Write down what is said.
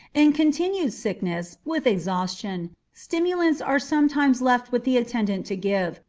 in continued sickness, with exhaustion, stimulants are sometimes left with the attendant to give,